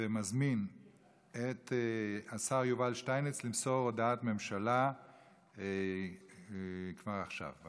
ומזמין את השר יובל שטייניץ למסור הודעת ממשלה כבר עכשיו.